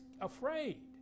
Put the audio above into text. afraid